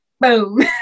boom